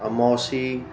Amausi